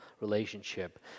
relationship